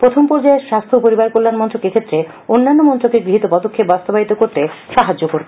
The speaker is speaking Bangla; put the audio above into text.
প্রথম পর্যায়ে স্বাস্থ্য ও পরিবার কল্যাণ মন্ত্রক এক্ষেত্রে অন্যান্য মন্ত্রকের গৃহীত পদক্ষেপ বাস্তবায়িত করতে সাহায্য করবে